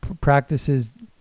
practices